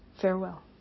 farewell